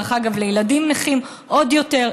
דרך אגב, לילדים נכים, עוד יותר.